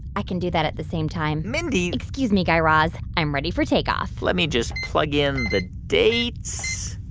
i can do that at the same time mindy. excuse me, guy raz. i'm ready for takeoff let me just plug in the dates.